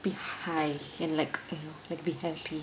be high and like you know like be happy